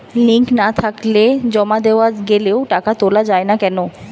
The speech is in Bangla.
লিঙ্ক না থাকলে জমা দেওয়া গেলেও টাকা তোলা য়ায় না কেন?